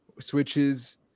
switches